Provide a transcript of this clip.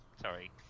Sorry